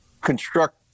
construct